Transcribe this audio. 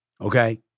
okay